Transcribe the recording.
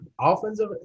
offensive